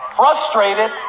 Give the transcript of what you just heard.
frustrated